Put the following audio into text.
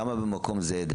כמה במקום אחר,